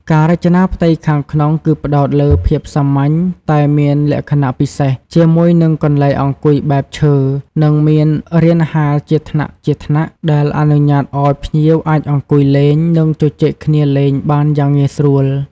ការរចនាផ្ទៃខាងក្នុងគឺផ្តោតលើភាពសាមញ្ញតែមានលក្ខណៈពិសេស ជាមួយនឹងកន្លែងអង្គុយបែបឈើ និងមានរានហាលជាថ្នាក់ៗ ដែលអនុញ្ញាតឱ្យភ្ញៀវអាចអង្គុយលេង និងជជែកគ្នាលេងបានយ៉ាងងាយស្រួល ។